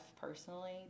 personally